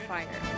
Fire